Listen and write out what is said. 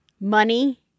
money